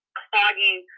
clogging